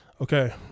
Okay